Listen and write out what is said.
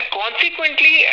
consequently